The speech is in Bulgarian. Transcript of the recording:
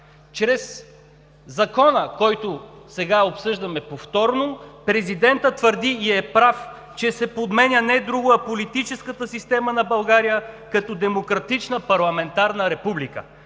Чрез Закона, който сега обсъждаме повторно, президентът твърди и е прав, че се подменя не друго, а политическата система на България като демократична парламентарна република!